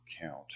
count